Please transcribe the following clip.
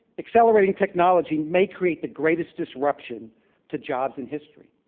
accelerating technology may create the greatest disruption to jobs in history,